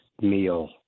meal